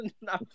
no